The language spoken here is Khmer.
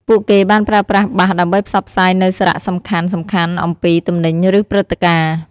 ពួកគេបានប្រើប្រាស់បាសដើម្បីផ្សព្វផ្សាយនូវសារសំខាន់ៗអំពីទំនិញឬព្រឹត្តិការណ៍។